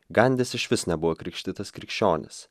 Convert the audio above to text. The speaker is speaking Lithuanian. gandis išvis nebuvo krikštytas krikščionis